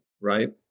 right